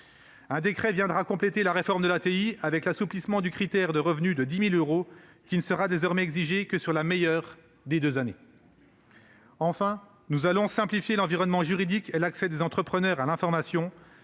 Un décret viendra compléter la réforme de l'ATI par l'assouplissement du critère de revenus de 10 000 euros, qui ne sera désormais exigé que sur la meilleure des deux années. Enfin, nous allons simplifier l'environnement juridique et l'accès des entrepreneurs à l'information